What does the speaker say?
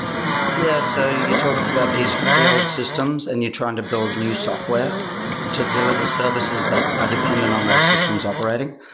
yeah. so you're talking about these very old systems and you're trying to build new software to deliver services that are dependent on those systems operating.